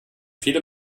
viele